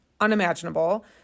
unimaginable